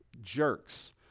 jerks